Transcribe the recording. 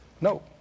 No